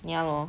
ya lor